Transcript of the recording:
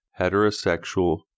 heterosexual